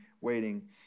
waiting